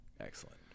excellent